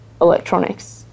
electronics